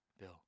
bill